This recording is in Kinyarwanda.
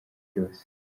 byose